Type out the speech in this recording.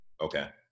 Okay